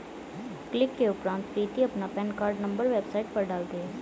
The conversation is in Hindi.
क्लिक के उपरांत प्रीति अपना पेन कार्ड नंबर वेबसाइट पर डालती है